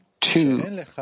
two